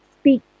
speak